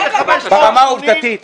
580 מיליון שקל.